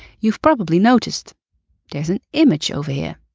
you've probably noticed there's an image over here.